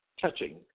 touching